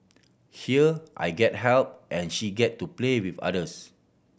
here I get help and she get to play with others